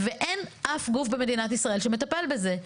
ואין אף גוף במדינת ישראל שמטפל בזה.